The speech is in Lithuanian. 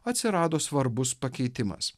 atsirado svarbus pakeitimas